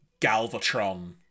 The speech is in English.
Galvatron